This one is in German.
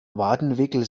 wadenwickel